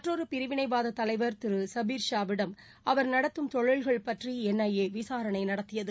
மற்றொரு பிரிவினைவாத தலைவா் திரு சபீர் ஷாவிடம் அவா் நடத்தும் தொழில்கள் பற்றி என் ஐ ஏ விசாரனை நடத்தியது